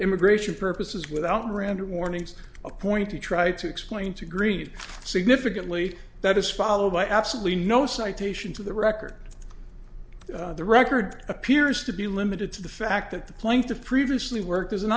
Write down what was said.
immigration purposes without miranda warnings a point to try to explain to greet significantly that is followed by absolutely no citation to the record the record appears to be limited to the fact that the plaintiff previously worked as an